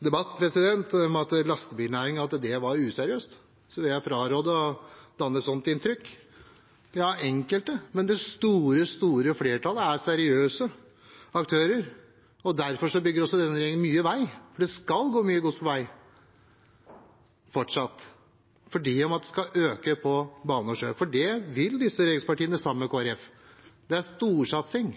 debatt – at lastebilnæringen er useriøs, vil jeg fraråde å skape et slikt inntrykk. Det er enkelte, men det store, store flertallet er seriøse aktører. Derfor bygger denne regjeringen mye vei, for det skal fortsatt gå mye godstransport på vei, selv om den skal øke på bane og sjø. Dette vil disse regjeringspartiene, sammen med Kristelig Folkeparti. Det er storsatsing.